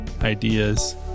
ideas